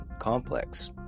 complex